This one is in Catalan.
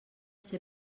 ser